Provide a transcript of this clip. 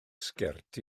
sgert